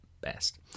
best